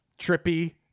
trippy